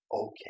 okay